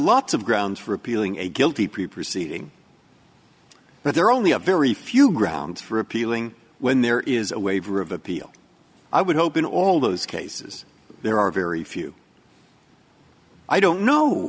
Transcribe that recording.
lots of grounds for appealing a guilty plea proceeding but there are only a very few grounds for appealing when there is a waiver of appeal i would hope in all those cases there are very few i don't know